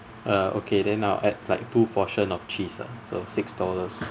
uh okay then I'll add like two portion of cheese ah so six dollars